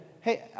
hey